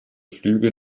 flüge